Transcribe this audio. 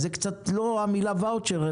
אז זו לא המילה ואוצ'ר,